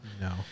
No